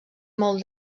molt